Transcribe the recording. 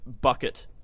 bucket